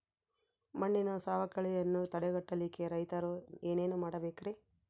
ಮಣ್ಣಿನ ಸವಕಳಿಯನ್ನ ತಡೆಗಟ್ಟಲಿಕ್ಕೆ ರೈತರು ಏನೇನು ಮಾಡಬೇಕರಿ?